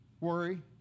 worry